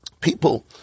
People